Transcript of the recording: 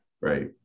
Right